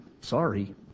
sorry